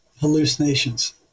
hallucinations